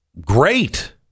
great